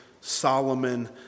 Solomon